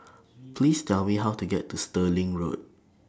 Please Tell Me How to get to Stirling Road